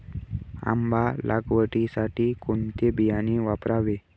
आंबा लागवडीसाठी कोणते बियाणे वापरावे?